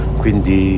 quindi